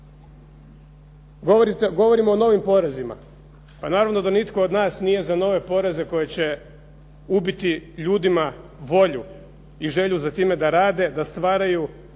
Govorimo o novim porezima. Pa naravno da nitko od nas nije za nove poreze koje će ubiti ljudima volju i želju za time da rade, da stvaraju,